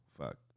fuck